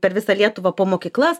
per visą lietuvą po mokyklas